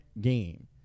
game